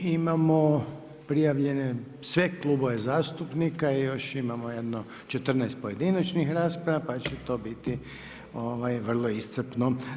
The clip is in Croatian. Imamo prijavljene sve klubove zastupnika i još imamo jedno 14 pojedinačnih rasprava pa će to biti vrlo iscrpno.